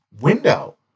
window